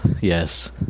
yes